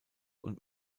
und